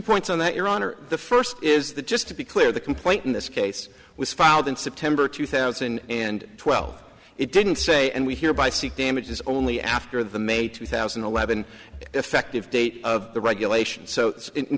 points on that your honor the first is that just to be clear the complaint in this case was filed in september two thousand and twelve it didn't say and we here by seek damages only after the may two thousand and eleven effective date of the regulation so in